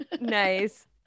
Nice